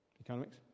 Economics